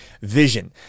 vision